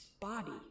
body